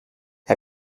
you